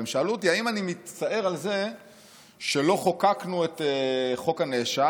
והם שאלו אותי אם אני מצטער על זה שלא חוקקנו את חוק הנאשם.